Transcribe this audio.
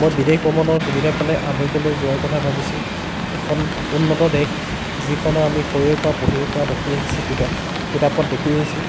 মই বিদেশ ভ্ৰমণৰ সুবিধা পালে আমেৰিকালৈ যোৱাৰ কথা ভাবিছোঁ এখন উন্নত দেশ যিখনৰ আমি সৰুৰে পৰা পঢ়িবৰ পৰা দেখি আহিছোঁ কিতাপ কিতাপত দেখি আহিছোঁ